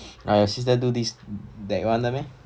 ah your sister do this that one 的 meh